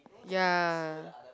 ya